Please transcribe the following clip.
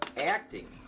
acting